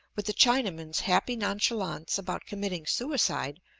with the chinaman's happy nonchalance about committing suicide,